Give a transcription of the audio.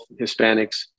Hispanics